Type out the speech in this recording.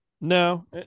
No